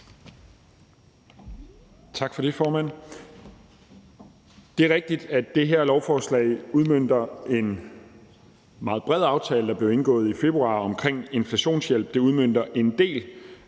Tak for det, formand. Det er rigtigt, at det her lovforslag udmønter en meget bred aftale, der blev indgået i februar, omkring inflationshjælp. Det udmønter en del af